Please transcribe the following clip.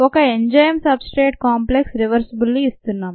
ఒక enzyme substrate complex reversibly ఇస్తున్నాం